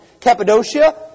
Cappadocia